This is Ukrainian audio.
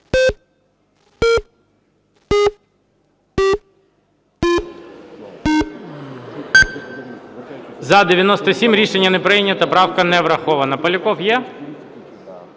За-97 Рішення не прийнято. Правка не врахована. Поляков є?